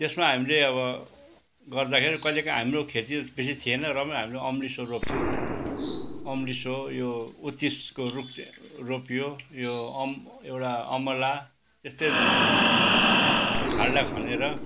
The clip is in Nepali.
त्यसमा हामीले अब गर्दाखेरि कहिले कहीँ हाम्रो खेती बेसी थिएन र पनि हामीले अम्लिसो रोप्थियौँ अम्लिसो यो उत्तिसको रुख रोप्यो यो अम एउटा अमला त्यस्तै खाल्डा खनेर